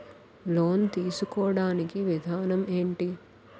Loan తీసుకోడానికి విధానం ఏంటి?